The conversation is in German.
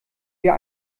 wir